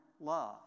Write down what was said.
love